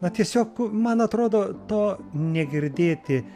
na tiesiog man atrodo to negirdėti